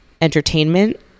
entertainment